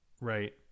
Right